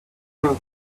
prove